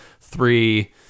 three